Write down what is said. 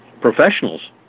professionals